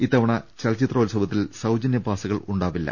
ഇത്തവണ ചല ച്ചിത്രോത്സവത്തിൽ സൌജന്യ പാസ്സുകൾ ഉണ്ടായിരിക്കില്ല